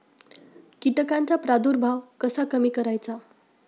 कीटकांचा प्रादुर्भाव कसा कमी करायचा?